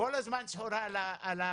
כל הזמו סחורה על המעלית,